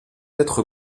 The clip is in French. être